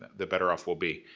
the better off we'll be.